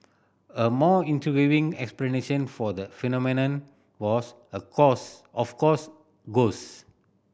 a more intriguing explanation for the phenomenon was of course of course ghost